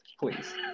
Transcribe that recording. please